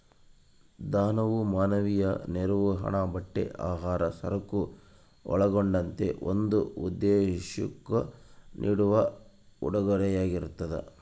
ದಾನವು ಮಾನವೀಯ ನೆರವು ಹಣ ಬಟ್ಟೆ ಆಹಾರ ಸರಕು ಒಳಗೊಂಡಂತೆ ಒಂದು ಉದ್ದೇಶುಕ್ಕ ನೀಡುವ ಕೊಡುಗೆಯಾಗಿರ್ತದ